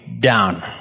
down